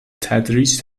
تدریج